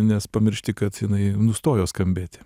nes pamiršti kad jinai nustojo skambėti